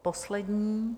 Poslední.